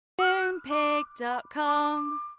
Moonpig.com